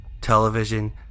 television